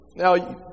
Now